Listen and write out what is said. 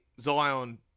Zion